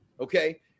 Okay